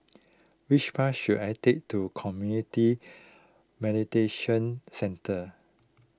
which bus should I take to Community Mediation Centre